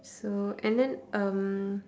so and then um